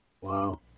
Wow